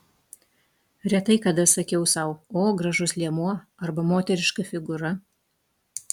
retai kada sakiau sau o gražus liemuo arba moteriška figūra